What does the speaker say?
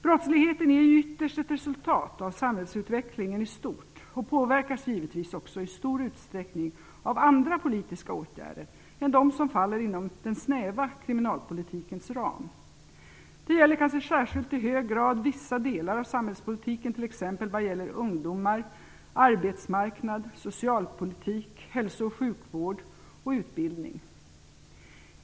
Brottsligheten är ju ytterst ett resultat av samhällsutvecklingen i stort, och påverkas givetvis också i stor utsträckning av andra politiska åtgärder än dem som faller inom den snäva kriminalpolitikens ram. Det gäller kanske i särskilt hög grad vissa delar av samhällspolitiken, t.ex. vad gäller ungdomar, arbetsmarknad, socialpolitik, hälso och sjukvård och utbildning.